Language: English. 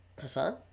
Hassan